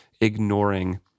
ignoring